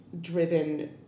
driven